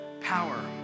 power